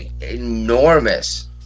enormous